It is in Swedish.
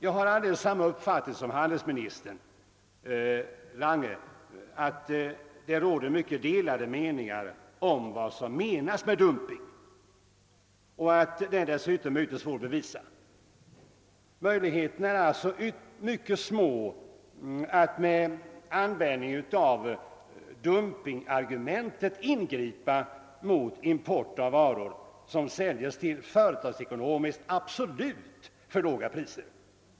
Jag har alldeles samma uppfattning som handelsminister Lange, nämligen att det råder mycket delade meningar om vad som menas med dumping och att en sådan dessutom är mycket svår att bevisa. Möjligheterna är alltså mycket små att med användning av dumpingargumentet ingripa mot import av varor som säljes till företagsekonomiskt avgjort för låga priser.